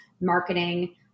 marketing